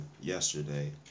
yesterday